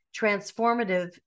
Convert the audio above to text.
transformative